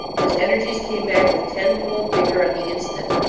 his energies came back with tenfold vigour, on the instant.